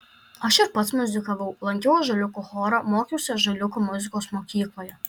aš ir pats muzikavau lankiau ąžuoliuko chorą mokiausi ąžuoliuko muzikos mokykloje